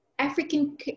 African